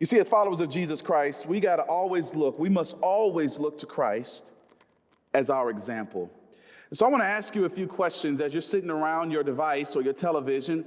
you see as followers of jesus christ. we got to always look we must always look to christ as our example and so i'm gonna ask you a few questions as you're sitting around your device or your television